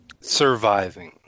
surviving